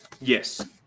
Yes